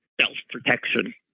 Self-protection